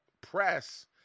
press